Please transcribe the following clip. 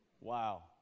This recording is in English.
Wow